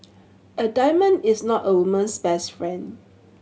a diamond is not a woman's best friend